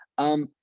um,